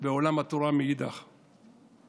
גיסא ושל עולם התורה מאידך גיסא,